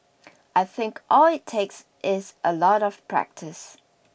I think all it takes is a lot of practice